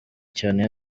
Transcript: cyane